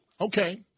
Okay